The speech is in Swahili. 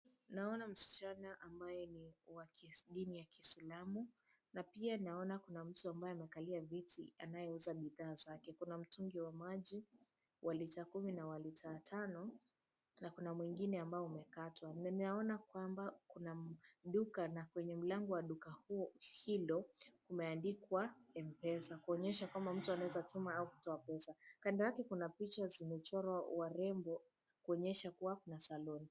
Naona msichana ambaye ni ni wa dini ya kiislamu na pia naona kuna mtu ambaye amekalia viti anayeuza bidhaa zake. Kuna mtungi wa maji wa lita kumi na wa lita tano na kuna mwingine ambao umekatwa na naona kwamba kuna duka na kwenye mlango wa duka hilo umeandikwa mpesa kounyesha kwamba mtu anaweza tuma au kutoa pesa. Kando yake kuna picha zimechorwa warembo kuonyesha kuwa kuna salon .